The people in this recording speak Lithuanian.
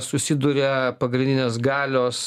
susiduria pagrindinės galios